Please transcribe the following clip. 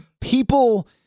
people